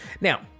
now